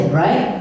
right